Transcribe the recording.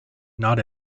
not